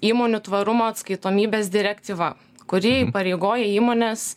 įmonių tvarumo atskaitomybės direktyva kuri įpareigoja įmones